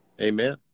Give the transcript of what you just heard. Amen